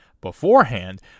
beforehand